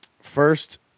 first